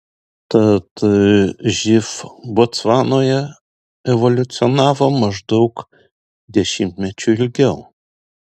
tad živ botsvanoje evoliucionavo maždaug dešimtmečiu ilgiau